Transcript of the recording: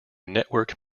network